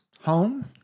home